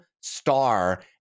star